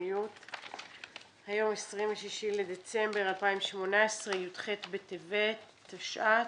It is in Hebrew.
היום 26 לדצמבר 2018, י"ח בטבת התשע"ט,